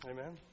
Amen